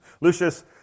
Lucius